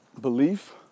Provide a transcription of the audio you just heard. belief